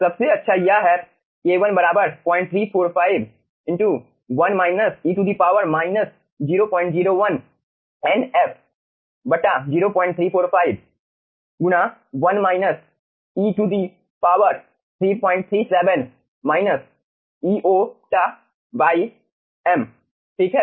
सबसे अच्छा यह है k1 03451 e 001 Nf 0345 1 e337 Eo m ठीक है